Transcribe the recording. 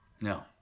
No